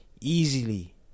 easily